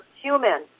human